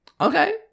okay